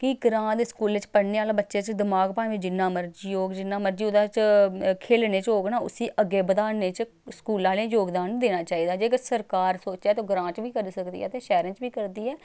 कि ग्रांऽ दे स्कूलें च पढ़ने आह्ला बच्चे च दमाग भाएं जिन्ना मर्जी होग जिन्ना मर्जी ओह्दे च खेलने च होग ना उसी अग्गें बधाने च स्कूल आह्लें जोगदान देना चाहिदा जेकर सरकार सोचै ते ओह् ग्रांऽ च बी करी सकदी ऐ ते शैह्रें च बी करदी ऐ